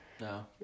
No